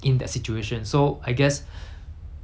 that's why 他们 that's why 他们 not